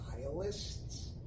stylists